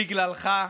בגללך,